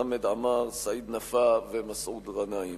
חמד עמאר, סעיד נפאע ומסעוד גנאים.